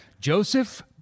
Joseph